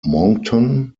moncton